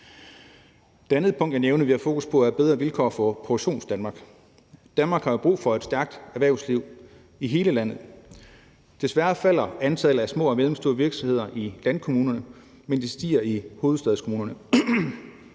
Det andet punkt, jeg nævnte vi har fokus på, er bedre vilkår for Produktionsdanmark. Danmark har jo brug for et stærkt erhvervsliv i hele landet. Desværre falder antallet af små og mellemstore virksomheder i landkommunerne, mens det stiger i hovedstadskommunerne.